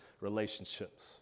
relationships